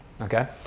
Okay